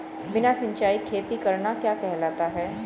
बिना सिंचाई खेती करना क्या कहलाता है?